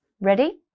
Ready